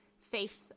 faith